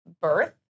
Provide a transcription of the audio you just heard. birth